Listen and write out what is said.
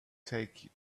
take